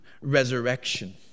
resurrection